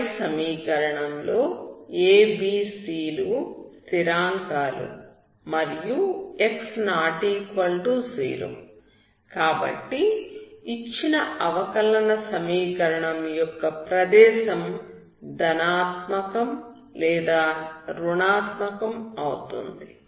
పై సమీకరణంలో a b c లు స్థిరాంకాలు మరియు x≠0 కాబట్టి ఇచ్చిన అవకలన సమీకరణం యొక్క ప్రదేశం ధనాత్మకం లేదా రుణాత్మకం అవుతుంది